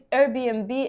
Airbnb